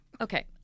Okay